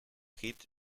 hit